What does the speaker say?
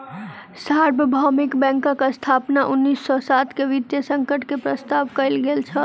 सार्वभौमिक बैंकक स्थापना उन्नीस सौ सात के वित्तीय संकट के पश्चात कयल गेल छल